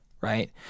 right